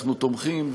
אנחנו תומכים.